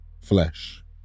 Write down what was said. flesh